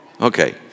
Okay